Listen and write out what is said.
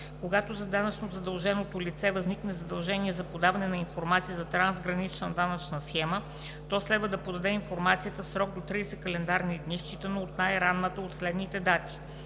Когато за данъчно задълженото лице възникне задължение за подаване на информация за трансгранична данъчна схема, то следва да подаде информацията в срок до 30 календарни дни считано от най-ранната от следните дати: